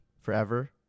forever